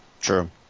True